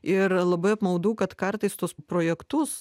ir labai apmaudu kad kartais tuos projektus